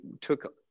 took